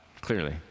clearly